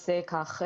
אז כך.